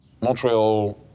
Montreal